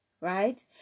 right